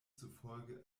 zufolge